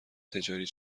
تجاری